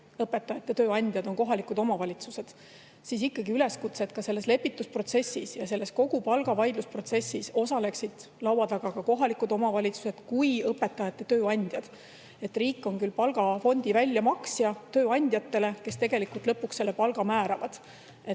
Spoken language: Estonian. õpetajate tööandjad on kohalikud omavalitsused, siis selles lepitusprotsessis ja kogu palgavaidluse protsessis osaleksid laua taga ka kohalikud omavalitsused kui õpetajate tööandjad. Riik on palgafondi väljamaksja tööandjatele, kes tegelikult lõpuks selle palga määravad.